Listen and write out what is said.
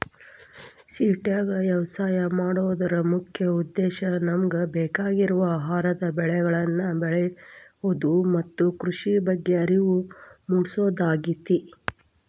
ಸಿಟ್ಯಾಗ ವ್ಯವಸಾಯ ಮಾಡೋದರ ಮುಖ್ಯ ಉದ್ದೇಶ ನಮಗ ಬೇಕಾಗಿರುವ ಆಹಾರದ ಬೆಳಿಗಳನ್ನ ಬೆಳಿಯೋದು ಮತ್ತ ಕೃಷಿ ಬಗ್ಗೆ ಅರಿವು ಮೂಡ್ಸೋದಾಗೇತಿ